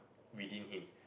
within him